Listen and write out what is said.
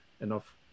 enough